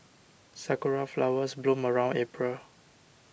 sakura flowers bloom around April